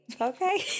Okay